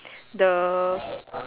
the